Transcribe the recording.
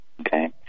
okay